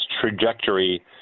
trajectory